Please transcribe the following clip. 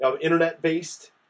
internet-based